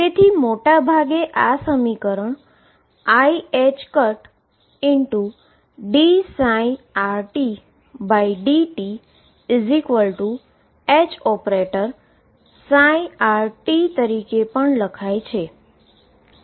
તેથી મોટાભાગે આ સમીકરણ iℏdψrtdtHψrt તરીકે પણ લખાય છે